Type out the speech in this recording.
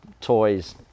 toys